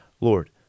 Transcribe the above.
Lord